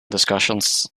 discussions